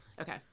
Okay